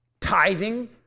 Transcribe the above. tithing